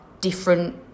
different